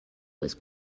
was